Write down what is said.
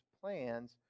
plans